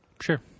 Sure